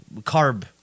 carb